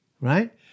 Right